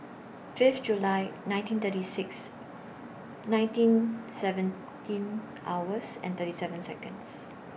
five July nineteen thirty six nineteen seventeen hours and thirty seven Seconds